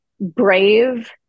brave